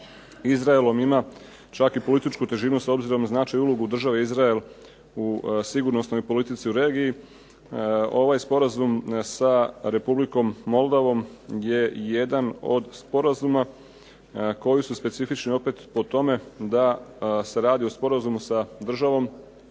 Izraelom ima čak i političku težinu s obzirom na značajnu ulogu Države Izrael u sigurnosnoj politici u regiji. Ovaj Sporazum sa Republikom MOldovom je jedan od Sporazuma koji su specifični po tome da se radi o sporazumu sa državom